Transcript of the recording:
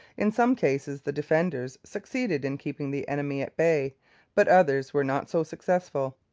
in some cases the defenders succeeded in keeping the enemy at bay but others were not so successful.